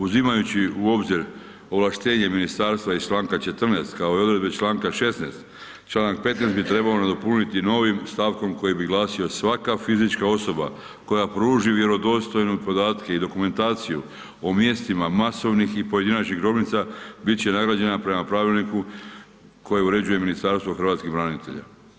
Uzimajući u obzir ovlaštenje ministarstva iz članka 14. kao i odredbe članka 16., članak 15. bi trebao nadopuniti novim stavkom koji bi glasio svaka fizička osoba koja pruži vjerodostojno podatke i dokumentaciju o mjestima masovnih i pojedinačnih grobnica, bit će nagrađena prema pravilniku koje uređuje Ministarstvo hrvatskih branitelja.